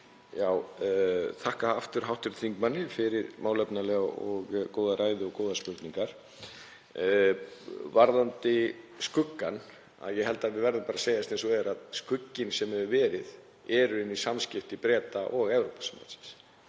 Ég þakka aftur hv. þingmanni fyrir málefnalega og góða ræðu og góðar spurningar. Varðandi skuggann þá held ég að við verðum bara að segja eins og er að skugginn sem hefur verið er í rauninni samskipti Breta og Evrópusambandsins.